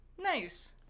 Nice